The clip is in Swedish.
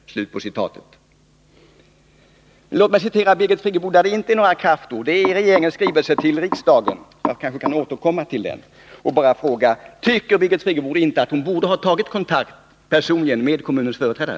Låt mig citera Birgit Friggebo i ett sammanhang där det inte förekommer några kraftord. Det gäller regeringens skrivelse till riksdagen. Jag kanske får återkomma till detta, eftersom min taletid nu är slut, och bara ställa frågan: Tycker inte Birgit Friggebo att hon borde ha tagit personlig kontakt med kommunens företrädare?